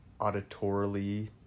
auditorily